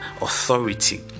authority